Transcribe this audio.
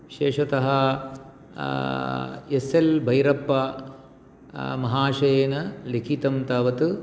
विशेषतः S L Bhyrappa महाशयेन लिखितं तावत्